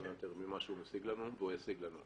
להשיג יותר ממה שהוא השיג לנו והוא השיג לנו.